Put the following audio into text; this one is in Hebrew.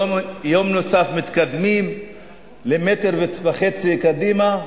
יום נוסף מתקדמים מטר וחצי קדימה,